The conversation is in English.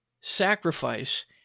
sacrifice